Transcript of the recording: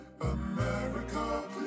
America